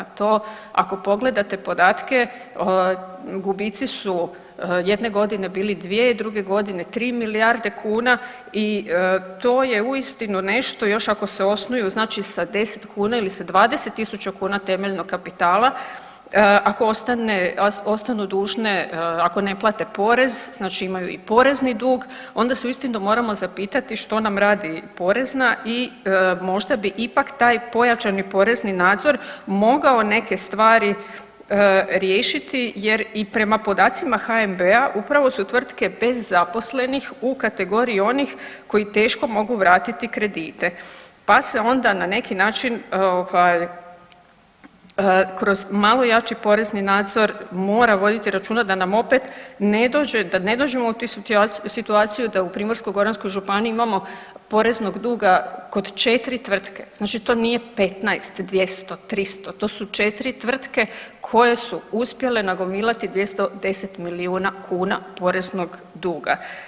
Ako pogledate podatke gubici su jedne godine bili dvije, druge godine tri milijarde kuna i to je ustinu nešto, još ako se osnuju sa 10 kuna ili sa 20.000 kuna temeljnog kapitala, ako ostanu dužne, ako ne plate porez znači imaju i porezni dug onda se uistinu moramo zapitati što nam radi Porezna i možda bi ipak taj pojačani porezni nadzor mogao neke stvari riješiti jer i prema podacima HNB-a upravo su tvrtke bez zaposlenih u kategoriji onih koji teško mogu vratiti kredite, pa se onda na neki način kroz malo jači porezni nadzor mora voditi računa da nam opet ne dođe, da ne dođemo u tu situaciju da u Primorsko-goranskoj županiji imamo poreznog duga kod četiri tvrtke, znači to nije 15, 200, 300 to su četiri tvrtke koje su uspjele nagomilati 210 milijuna kuna poreznog duga.